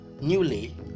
newly